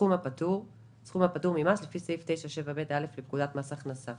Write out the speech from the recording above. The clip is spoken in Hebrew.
"הסכום הפטור" הסכום הפטור ממס לפי סעיף 9(7ב)(א) לפקודת מס הכנסה.